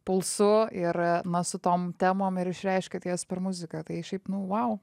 pulsu ir na su tom temom ir išreiškiat jas per muziką tai šiaip nu vau